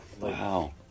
Wow